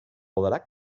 olarak